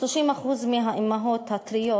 30% מהאימהות הטריות